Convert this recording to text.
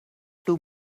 two